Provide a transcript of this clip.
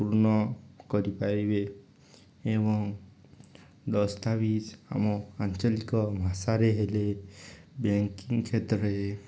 ପୂର୍ଣ୍ଣ କରିପାରିବେ ଏବଂ ଦସ୍ତାବିଜ ଆମ ଆଞ୍ଚଳିକ ଭାଷାରେ ହେଲେ ବ୍ୟାଙ୍କିଂ କ୍ଷେତ୍ରରେ